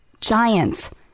giants